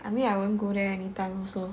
I mean I won't go there anytime also